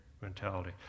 mentality